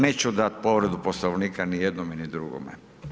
Neću dati povredu Poslovnika ni jednome ni drugome.